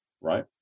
right